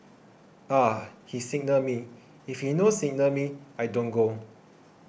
ah he signal me if he no signal me I don't go